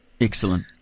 Excellent